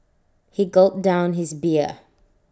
he gulped down his beer